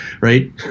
right